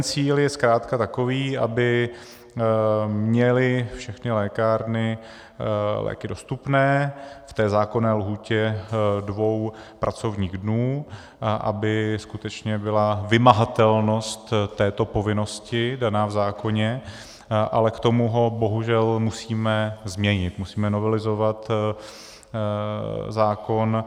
Cíl je zkrátka takový, aby měly všechny lékárny léky dostupné v té zákonné lhůtě dvou pracovních dnů a aby skutečně byla vymahatelnost této povinnosti daná v zákoně, ale k tomu ho bohužel musíme změnit, musíme novelizovat zákon.